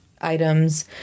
items